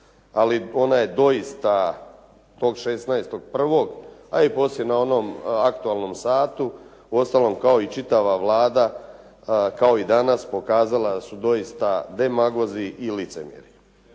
ali ona je doista tog 16.1. a i poslije na onom aktualnom satu, uostalom kao i čitava Vlada kao i danas pokazala da su doista demagozi i licemjeri.